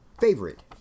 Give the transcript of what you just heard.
favorite